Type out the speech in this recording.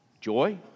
joy